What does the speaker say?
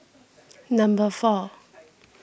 number four